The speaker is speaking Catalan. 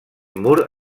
mur